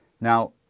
Now